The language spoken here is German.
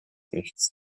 nichts